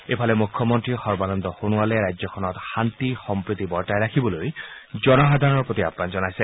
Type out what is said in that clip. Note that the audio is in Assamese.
ইফালে মুখ্যমন্ত্ৰী সৰ্বানন্দ সোণোৱালে ৰাজ্যখনত শান্তি সম্প্ৰীতি বৰ্তাই ৰাখিবলৈ জনসাধাৰণৰ প্ৰতি আহ্বান জনাইছে